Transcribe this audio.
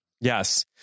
yes